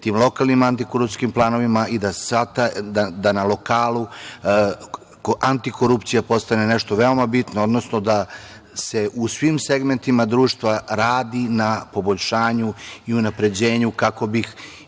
rešimo tim antikorupcijskim planovima i da na lokalu antikorupcija postane nešto veoma bitno, odnosno da se u svim segmentima društva radi na poboljšanju i unapređenju kako bi